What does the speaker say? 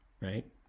right